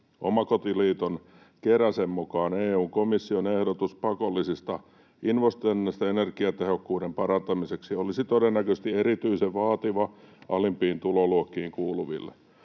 Omakotiliiton Keräsen mukaan EU:n komission ehdotus pakollisista investoinneista energiatehokkuuden parantamiseksi olisi todennäköisesti erityisen vaativa alimpiin tuloluokkiin kuuluville.